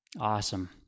Awesome